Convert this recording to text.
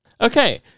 Okay